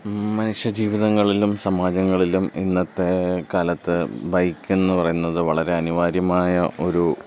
മനുഷ്യ ജീവിതങ്ങളിലും സമാജങ്ങളിലും ഇന്നത്തെ കാലത്ത് ബൈക്കെന്ന് പറയുന്നത് വളരെ അനിവാര്യമായ ഒരു